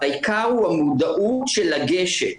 אבל העיקר היא המודעות של לגשת,